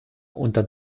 unter